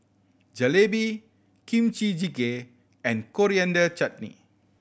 Jalebi Kimchi Jjigae and Coriander Chutney